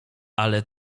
ale